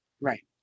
Right